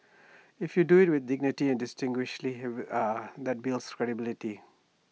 if you do IT with dignity distinguished that builds credibility